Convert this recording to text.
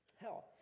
hell